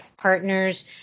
partners